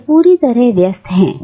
वह पूरी तरह व्यस्त रहते हैं